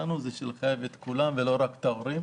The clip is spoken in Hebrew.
אנחנו סבורים שיש לחייב את כולם ולא רק את ההורים.